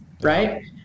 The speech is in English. right